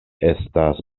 estas